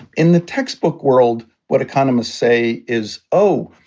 in the textbook world, what economists say is, oh,